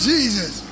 Jesus